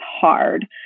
hard